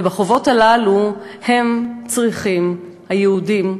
ובמסגרת החובות הללו הם צריכים, היהודים,